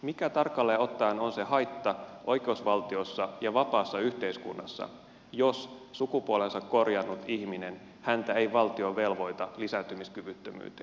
mikä tarkalleen ottaen on se haitta oikeusvaltiossa ja vapaassa yhteiskunnassa jos sukupuolensa korjannutta ihmistä ei valtio velvoita lisääntymiskyvyttömyyteen